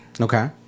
Okay